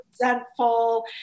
resentful